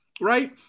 Right